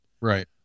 Right